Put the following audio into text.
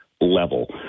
level